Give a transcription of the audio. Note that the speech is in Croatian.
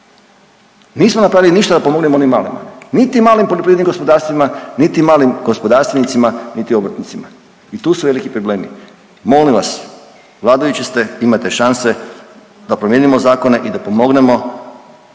Nismo napravili ništa da pomognemo onim malima, niti malim poljoprivrednim gospodarstvima, niti malim gospodarstvenicima, niti obrtnicima i tu su veliki problemi. Molim vas, vladajući ste imate šanse da promijenimo zakone i da pomognemo